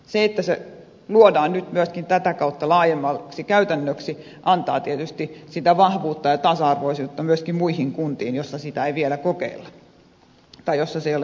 se että se luodaan nyt myöskin tätä kautta laajemmaksi käytännöksi antaa tietysti sitä vahvuutta ja tasa arvoisuutta myöskin muihin kuntiin joissa sitä ei vielä kokeilla tai joissa se ei ole vielä käytäntö